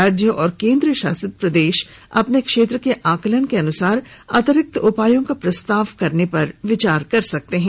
राज्य और केंद्र शासित प्रदेश अपने क्षेत्र के आकलन के अनुसार अतिरिक्त उपायों का प्रस्ताव करने पर विचार कर सकते हैं